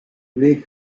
les